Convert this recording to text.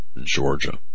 Georgia